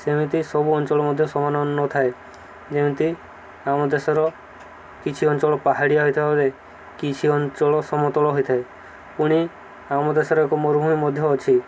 ସେମିତି ସବୁ ଅଞ୍ଚଳ ମଧ୍ୟ ସମାନ ନଥାଏ ଯେମିତି ଆମ ଦେଶର କିଛି ଅଞ୍ଚଳ ପାହାଡ଼ିଆ ହୋଇଥିବାବେଳେ କିଛି ଅଞ୍ଚଳ ସମତଳ ହୋଇଥାଏ ପୁଣି ଆମ ଦେଶର ଏକ ମରୁଭୂମି ମଧ୍ୟ ଅଛି